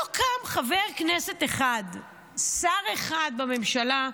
לא קם חבר כנסת אחד, שר אחד בממשלה,